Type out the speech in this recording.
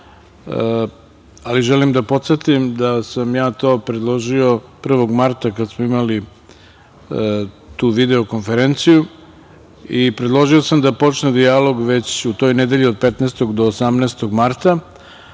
ali želim da podsetim da sam ja to predložio 1. marta, kada smo imali tu video konferenciju, i predložio sam da počne dijalog već u toj nedelji, od 15. do 18. marta.